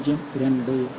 2 என்